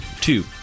Two